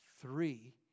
three